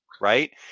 right